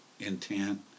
Intent